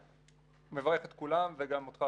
ואני מברך את כולם וגם אותך,